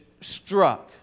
struck